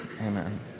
Amen